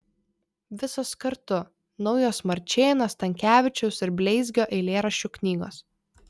visos kartu naujos marčėno stankevičiaus ir bleizgio eilėraščių knygos